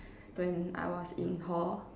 when I was in hall